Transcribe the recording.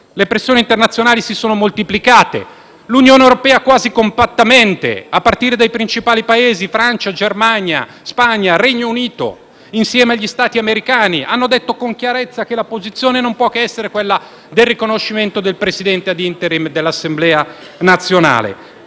le pressioni internazionali si sono moltiplicate. L'Unione europea quasi compattamente, a partire dai principali Paesi, Francia, Germania, Spagna e Regno Unito, e gli Stati americani, hanno detto con chiarezza che la posizione non può che essere il riconoscimento del Presidente *ad interim* dell'Assemblea nazionale.